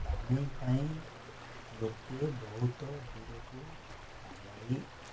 ପାଣି ପାଇଁ ଲୋକେ ବହୁତ ଦୂରକୁ ଯାଇ